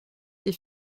est